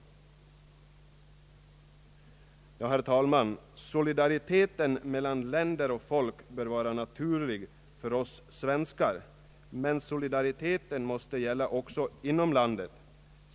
Herr talman! Solidariteten mellan länder och folk bör vara naturlig för oss svenskar, men solidariteten måste gälla också inom landet.